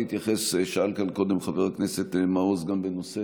שאל כאן קודם חבר הכנסת משה מעוז בנושא